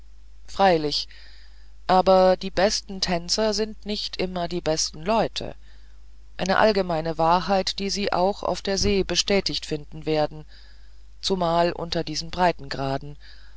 freilich aber die besten tänzer sind nicht immer die besten leute eine allgemeine wahrheit die sie auch auf der see bestätigt finden werden zumal unter diesen breitegraden